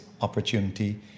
opportunity